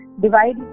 divide